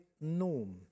norm